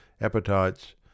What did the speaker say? appetites